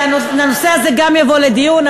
גם הנושא הזה יבוא לדיון,